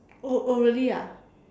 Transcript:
oh oh really ah